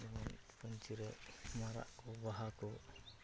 ᱡᱮᱢᱚᱱ ᱯᱟᱺᱧᱪᱤᱨᱮ ᱢᱟᱨᱟᱜ ᱠᱚ ᱵᱟᱦᱟ ᱠᱚ